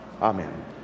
Amen